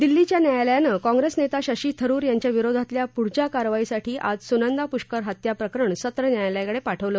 दिल्लीच्या न्यायालयानं काँग्रेस नेता शशी थरुर यांच्या विरोधातल्या पुढच्या कार्यवाहीसाठी आज सुनंदा पुष्कर हत्या प्रकरण सत्र न्यायालयाकडे पाठवलं